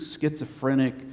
schizophrenic